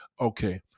Okay